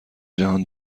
جهان